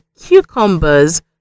cucumbers